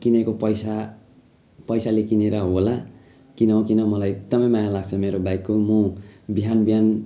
किनेको पैसा पैसाले किनेर होला किन हो किन मलाई एकदमै माया लाग्छ मेरो बाइकको म बिहान बिहान